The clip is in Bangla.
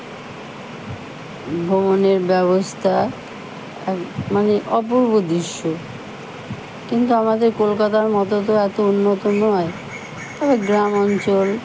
ভ্রমণের ব্যবস্থা মানে অপূর্ব দৃশ্য কিন্তু আমাদের কলকাতার মতো তো এত উন্নত নয় তবে গ্রাম অঞ্চল